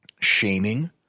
Shaming